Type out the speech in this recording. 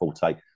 take